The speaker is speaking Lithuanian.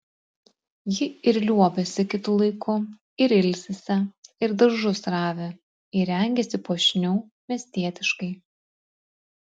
ji ir liuobiasi kitu laiku ir ilsisi ir daržus ravi ir rengiasi puošniau miestietiškai